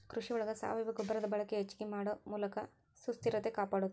ಕೃಷಿ ಒಳಗ ಸಾವಯುವ ಗೊಬ್ಬರದ ಬಳಕೆ ಹೆಚಗಿ ಮಾಡು ಮೂಲಕ ಸುಸ್ಥಿರತೆ ಕಾಪಾಡುದು